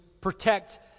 protect